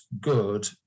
good